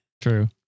true